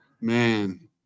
Man